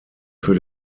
für